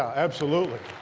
absolutely.